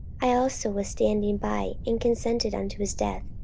i also was standing by, and consenting unto his death,